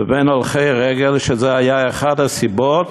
ואת הולכי רגל, זו הייתה אחת הסיבות